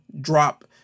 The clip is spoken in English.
drop